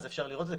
אפשר לראות את זה.